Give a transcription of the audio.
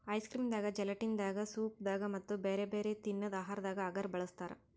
ice cream ದಾಗಾ gelatin ದಾಗಾ soup ದಾಗಾ ಮತ್ತ್ ಬ್ಯಾರೆ ಬ್ಯಾರೆ ತಿನ್ನದ್ ಆಹಾರದಾಗ ಅಗರ್ ಬಳಸ್ತಾರಾ